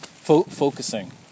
focusing